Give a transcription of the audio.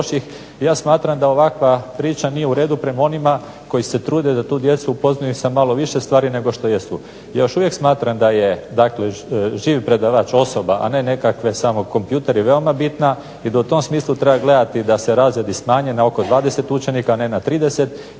ja smatram da ovakva priča nije u redu prema onima koji se trude da tu djecu upoznaju sa malo više stvari nego što jesu. Još uvijek smatram da je, dakle živ predavač osoba, a ne nekakve samo kompjuteri veoma bitna i da u tom smislu treba gledati da se razredi smanje na oko 20 učenika, a ne na 30.